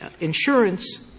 insurance